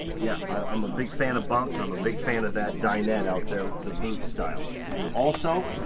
yeah i'm a big fan of bunks and i'm a big fan of that dinette out there the booth style also,